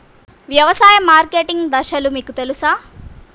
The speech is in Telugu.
వ్యవసాయ మార్కెటింగ్ దశలు మీకు తెలుసా?